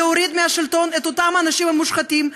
להוריד מהשלטון את אותם אנשים מושחתים,